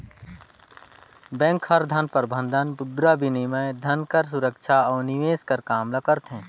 bank हर धन प्रबंधन, मुद्राबिनिमय, धन कर सुरक्छा अउ निवेस कर काम ल करथे